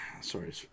sorry